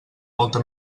molta